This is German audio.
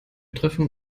treffen